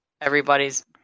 Everybody's